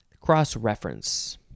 Cross-reference